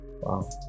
Wow